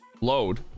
load